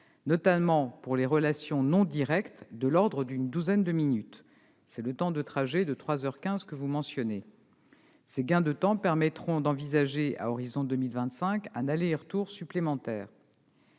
notamment pour les relations non directes, de l'ordre d'une douzaine de minutes. C'est le temps de trajet de trois heures quinze que vous mentionnez. Ces gains de temps permettront d'envisager, à l'horizon 2025, un aller et retour supplémentaire.